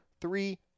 three